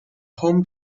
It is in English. home